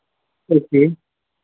okay